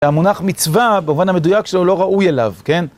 המונח מצווה במובן המדויק שלו, לא ראוי אליו, כן?